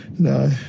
No